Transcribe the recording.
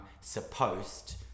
supposed